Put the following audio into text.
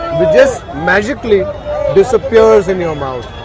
just magically disappears in your mouth.